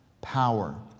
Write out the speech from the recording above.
power